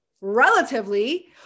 relatively